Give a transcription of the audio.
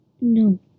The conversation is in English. No